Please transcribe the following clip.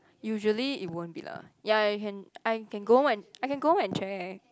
usually it won't be lah ya you can I can go home I can go home and check